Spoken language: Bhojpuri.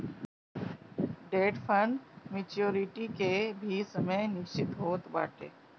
डेट फंड मेच्योरिटी के भी समय निश्चित होत बाटे